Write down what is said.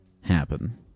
happen